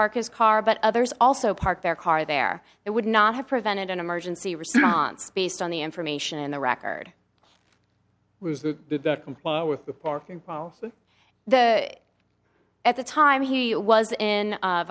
park his car but others also parked their car there that would not have prevented an emergency response based on the information in the record that comply with the parking the at the time he was in